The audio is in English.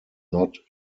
not